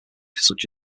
such